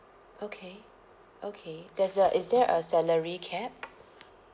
okay okay there's a is there a salary cap